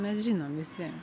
mes žinom visi